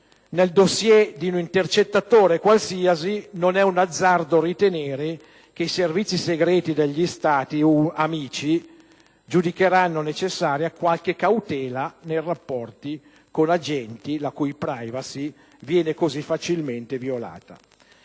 nel *dossier* di un intercettatore qualsiasi, non è un azzardo ritenere che i Servizi segreti degli Stati amici giudicheranno necessaria qualche cautela nei rapporti con agenti la cui *privacy* viene così facilmente violata.